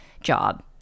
job